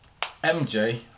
MJ